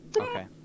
okay